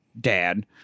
Dad